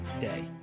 day